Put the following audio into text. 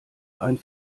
ein